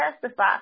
testify